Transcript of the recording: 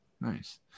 Nice